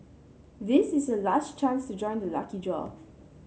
this is your last chance to join the lucky draw